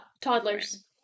Toddlers